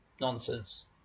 nonsense